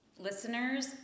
Listeners